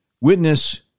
Witness